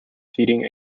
feeding